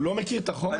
הוא לא מכיר את החומר?